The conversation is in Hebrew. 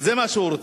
זה מה שהוא רוצה.